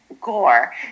Gore